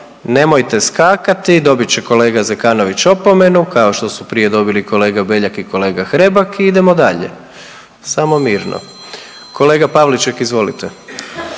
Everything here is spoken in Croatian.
nemojte skakati, dobit će kolega Zekanović opomenu kao što su prije dobili kolega Beljak i kolega Hrebak i idemo dalje. Samo mirno. Kolega Pavliček, izvolite.